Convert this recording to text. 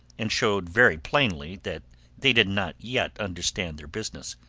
and showed very plainly that they did not yet understand their business.